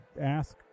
ask